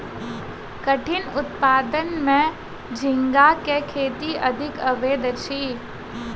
कठिनी उत्पादन में झींगा के खेती आदि अबैत अछि